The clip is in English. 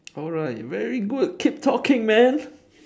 alright very good keep talking man